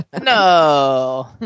no